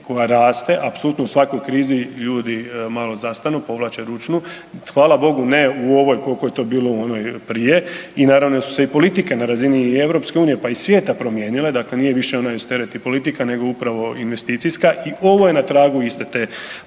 koja raste, apsolutno u svakoj krizi ljudi malo zastanu, povlače ručnu, hvala Bogu ne u ovoj kolko je to bilo u onoj prije i naravno da su se i politike na razini i EU, pa i svijeta promijenile, dakle nije više onaj …/Govornik se ne razumije/… politika nego upravo investicijska i ovo je na tragu iste te